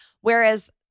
Whereas